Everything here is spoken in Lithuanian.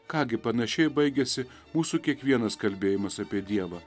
ką gi panašiai baigiasi mūsų kiekvienas kalbėjimas apie dievą